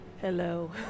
Hello